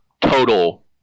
total